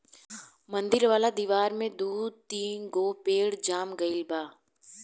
मंदिर वाला दिवार में दू तीन गो पेड़ जाम गइल बा